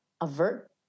avert